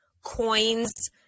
coins